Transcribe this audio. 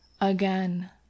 again